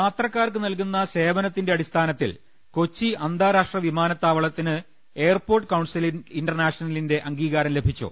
യാത്രക്കാർക്കു നൽകുന്ന സേവനത്തിന്റെ അടിസ്ഥാന ത്തിൽ കൊച്ചി അന്താരാഷ്ട്ര വിമാനത്താവളത്തിന് എയർപോർട്ട് കൌൺസിൽ ഇന്റർനാഷണലിന്റെ അംഗീകാരം ലഭിച്ചു